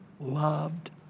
loved